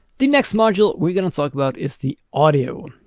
the next module we're gonna to talk about is the audio.